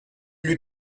lui